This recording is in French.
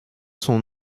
son